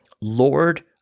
Lord